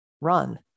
run